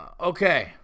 okay